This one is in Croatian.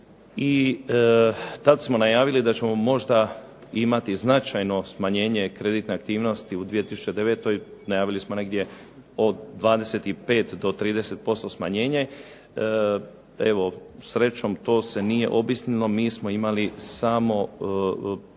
i tada smo najavili da ćemo imati možda značajno smanjenje kreditne aktivnosti u 2009. najavili smo negdje od 25 do 30% smanjenje. Evo srećom to se nije obistinilo, mi smo imali podatak